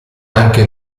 anche